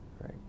right